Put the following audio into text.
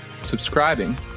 subscribing